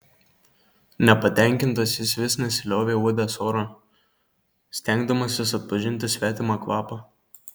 nepatenkintas jis vis nesiliovė uodęs orą stengdamasis atpažinti svetimą kvapą